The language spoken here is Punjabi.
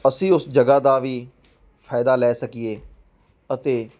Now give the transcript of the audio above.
ਅਸੀਂ ਉਸ ਜਗ੍ਹਾ ਦਾ ਵੀ ਫਾਇਦਾ ਲੈ ਸਕੀਏ ਅਤੇ